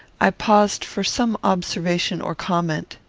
i paused for some observation or comment.